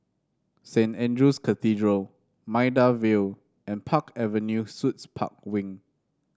Saint Andrew's Cathedral Maida Vale and Park Avenue Suites Park Wing